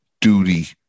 duty